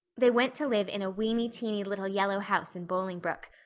they went to live in a weeny-teeny little yellow house in bolingbroke.